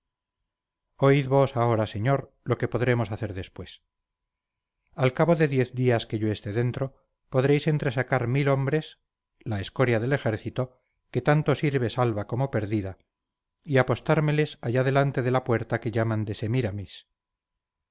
oíd vos ahora señor lo que podremos hacer después al cabo de diez días que yo esté dentro podréis entresacar mil hombres la escoria del ejército que tanto sirve salva como perdida y apostármeles allá delante de la puerta que llaman de semíramis